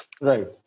Right